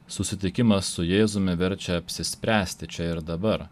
susitikimas su jėzumi verčia apsispręsti čia ir dabar